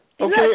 Okay